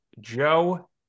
Joe